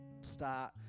start